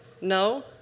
No